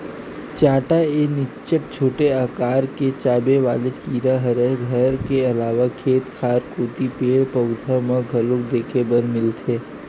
चाटा ए निच्चट छोटे अकार के चाबे वाले कीरा हरय घर के अलावा खेत खार कोती पेड़, पउधा म घलोक देखे बर मिलथे